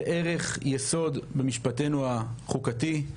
ערך יסוד של במשפטנו החוקתי,